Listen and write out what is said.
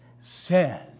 says